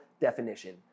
definition